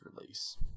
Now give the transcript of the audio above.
release